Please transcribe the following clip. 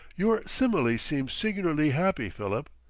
your simile seems singularly happy, philip.